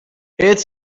eet